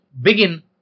begin